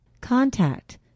Contact